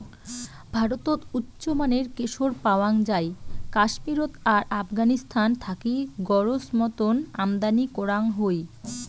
ভারতত উচ্চমানের কেশর পাওয়াং যাই কাশ্মীরত আর আফগানিস্তান থাকি গরোজ মতন আমদানি করাং হই